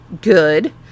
good